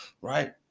right